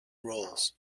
roles